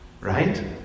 Right